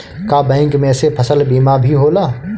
का बैंक में से फसल बीमा भी होला?